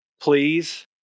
please